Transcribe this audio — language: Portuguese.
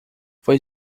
foi